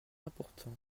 important